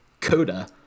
Coda